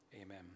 amen